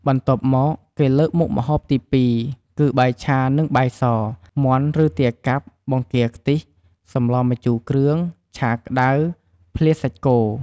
បន្ទាប់់មកគេលើកមុខម្ហូបទី២គឺ បាយឆានិងបាយស មាន់ឬទាកាប់ បង្គាខ្ទិះ សម្លរម្ជូរគ្រឿង ឆាក្តៅ ភ្លាសាច់គោ ។